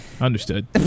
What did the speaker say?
Understood